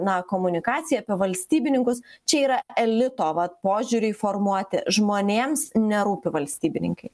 na komunikacija apie valstybininkus čia yra elito vat požiūriui formuoti žmonėms nerūpi valstybininkai